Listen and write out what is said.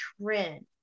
trend